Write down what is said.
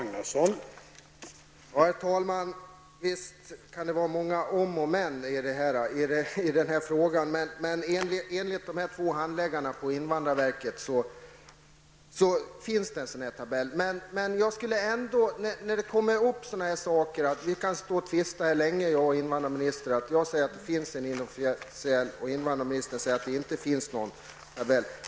Herr talman! Visst kan det finnas många om och men i denna fråga. Men enligt dessa två handläggare på invandrarverket finns det en sådan tabell. Invandrarministern och jag kan stå länge och tvista om detta -- jag säger att det finns en inofficiell tabell, och invandrarministern säger att det inte finns någon sådan tabell.